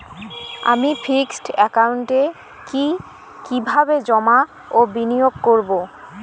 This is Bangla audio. আমি ফিক্সড একাউন্টে কি কিভাবে জমা ও বিনিয়োগ করব?